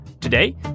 Today